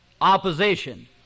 opposition